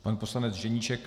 Pan poslanec Ženíšek?